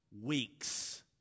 weeks